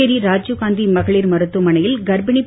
புதுச்சேரி ராஜீவ் காந்தி மகளிர் மருத்துவமனையில் கர்ப்பிணிப்